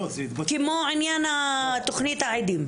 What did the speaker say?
כמו עניין תכנית העדים.